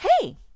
Hey